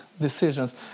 decisions